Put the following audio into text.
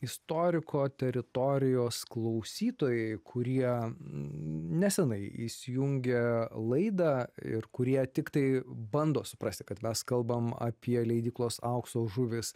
istoriko teritorijos klausytojai kurie nesenai įsijungė laidą ir kurie tiktai bando suprasti kad mes kalbam apie leidyklos aukso žuvys